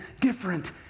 different